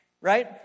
Right